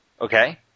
Okay